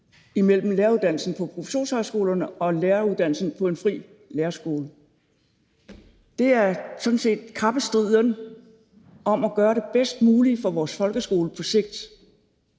imellem læreruddannelsen på professionshøjskolerne og læreruddannelsen på en fri lærerskole. Det er sådan set kappestriden om at gøre det bedst mulige for vores folkeskole på sigt.